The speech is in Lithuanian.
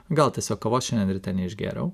gal tiesiog kavos šiandien ryte neišgėriau